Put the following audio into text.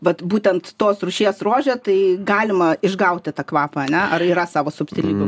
vat būtent tos rūšies rože tai galima išgauti tą kvapą ane ar yra savo subtilybių